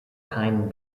keinen